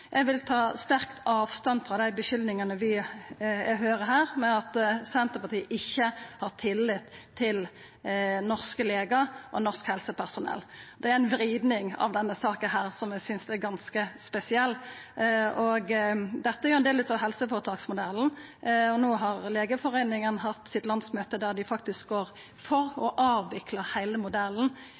Eg vil sterkt ta avstand frå dei skuldingane eg her høyrer om at Senterpartiet ikkje har tillit til norske legar og norsk helsepersonell. Det er ein vriding av denne saka som eg synest er ganske spesiell. Dette er ein del av helseføretaksmodellen. No har Legeforeningen hatt landsmøtet sitt, der gjekk dei faktisk inn for å avvikla heile modellen.